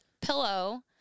pillow